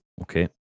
Okay